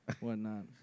whatnot